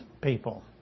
people